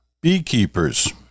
beekeepers